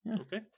Okay